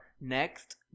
next